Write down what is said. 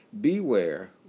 Beware